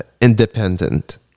independent